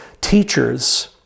teachers